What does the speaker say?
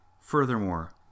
Furthermore